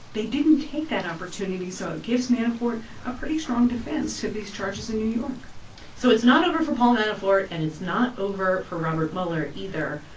they didn't take that opportunity, so it gives manafort a pretty strong defense to these charges in new york so it's not over for paul manafort, and it's not over for robert mueller, either.